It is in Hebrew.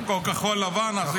פעמיים הם הפילו לי את הצעת החוק.